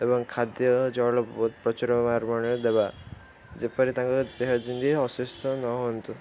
ଏବଂ ଖାଦ୍ୟ ଜଳ ବହୁତ ପ୍ରଚୁର ଦେବା ଯେପରି ତାଙ୍କର ଦେହ ଯେମିତି ଅସୁସ୍ଥ ନ ହୁଅନ୍ତୁ